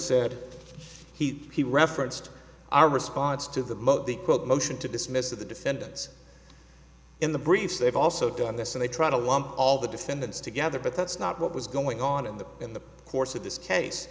said he he referenced our response to the most the quote motion to dismiss of the defendants in the briefs they've also done this and they try to lump all the defendants together but that's not what was going on in the in the course of this case